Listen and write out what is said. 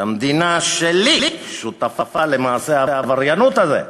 שהמדינה שלי שותפה למעשה העבריינות הזה.